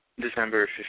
December